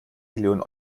millionen